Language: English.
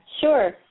Sure